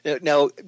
Now